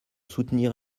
soutenir